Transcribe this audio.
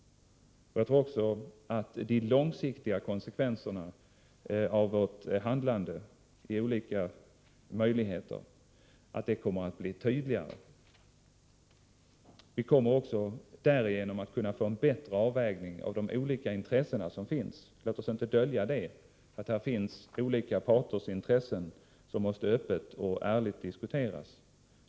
Jag tror också att de långsiktiga konsekvenserna av olika handlingsalternativ kommer att bli tydligare. Vi kommer också därigenom att kunna få till stånd en bättre avvägning av de olika intressen som finns — låt oss inte dölja att här finns olika parter som har olika intressen, som öppet och ärligt måste diskuteras.